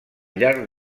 llarg